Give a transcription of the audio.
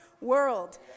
world